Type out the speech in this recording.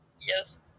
Yes